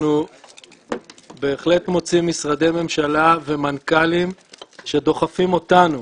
אנחנו בהחלט מוצאים משרדי ממשלה ומנכ"לים שדוחפים אותנו,